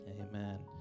Amen